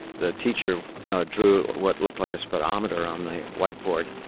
the teacher drew what looked like a speedometer on the whiteboard.